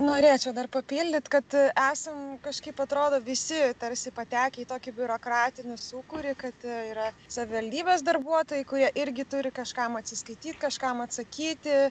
norėčiau dar papildyt kad esam kažkaip atrodo visi tarsi patekę į tokį biurokratinį sūkurį kad yra savivaldybės darbuotojai kurie irgi turi kažkam atsiskaityt kažkam atsakyti